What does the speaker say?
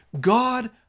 God